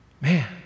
man